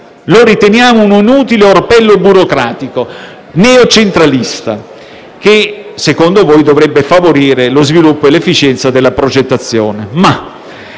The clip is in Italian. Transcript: Lo ritiriamo un inutile orpello burocratico neocentralista, che, secondo voi, dovrebbe favorire lo sviluppo e l'efficienza della progettazione.